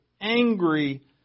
angry